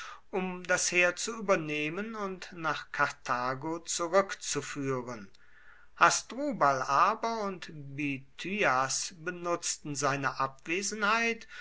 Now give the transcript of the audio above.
um das heer zu übernehmen und nach karthago zurückzuführen hasdrubal aber und bithyas benutzten seine abwesenheit